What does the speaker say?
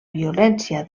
violència